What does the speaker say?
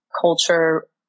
culture